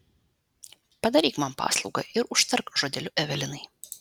padaryk man paslaugą ir užtark žodeliu evelinai